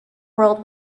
world